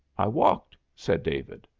i walked, said david.